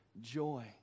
joy